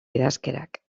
idazkerak